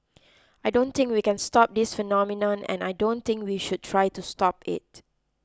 I don't think we can stop this phenomenon and I don't think we should try to stop it